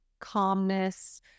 calmness